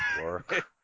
Work